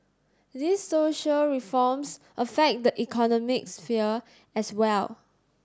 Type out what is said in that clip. these social reforms affect the economic sphere as well